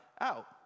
out